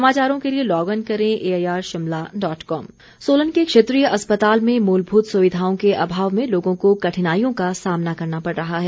समस्या सोलन के क्षेत्रीय अस्पताल में मूलभुत सुविधाओं के अभाव में लोगों को कठिनाईयों का सामना करना पड़ रहा है